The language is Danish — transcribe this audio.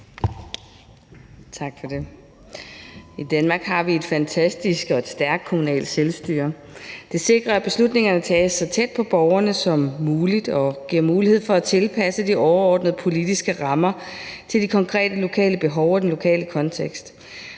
I Danmark har vi et fantastisk og et stærkt kommunalt selvstyre, og det sikrer, at beslutningerne tages så tæt på borgerne som muligt, og det giver mulighed for at tilpasse de overordnede politiske rammer til de konkrete lokale behov og den lokale kontekst.